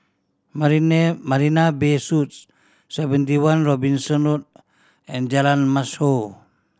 Marina Bay Suites Seventy One Robinson Road and Jalan Mashhor